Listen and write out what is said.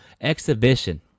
exhibition